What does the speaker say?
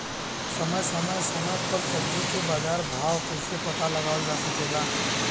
समय समय समय पर सब्जी क बाजार भाव कइसे पता लगावल जा सकेला?